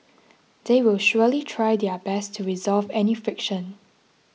they will surely try their best to resolve any friction